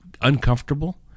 uncomfortable